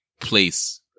place